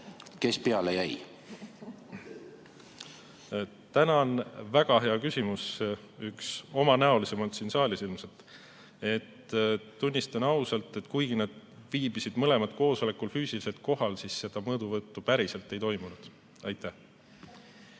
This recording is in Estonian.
Kes peale jäi? Tänan! Väga hea küsimus, üks omanäolisemaid siin saalis ilmselt. Tunnistan ausalt, et kuigi nad viibisid mõlemad koosolekul füüsiliselt kohal, siis seda mõõduvõttu päriselt ei toimunud. Tänan!